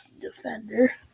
defender